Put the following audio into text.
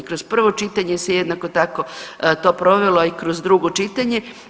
Kroz prvo čitanje se jednako tako to provelo, a i kroz drugo čitanje.